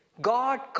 God